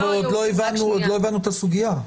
עוד לא הבנו את הסוגיה.